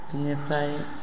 बिनिफ्राय